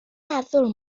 meddwl